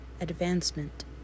Advancement